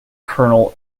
colonel